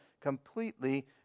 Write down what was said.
completely